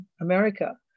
America